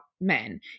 men